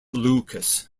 lucas